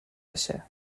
بشه